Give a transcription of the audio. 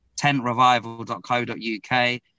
tentrevival.co.uk